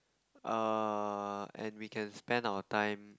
err and we can spend our time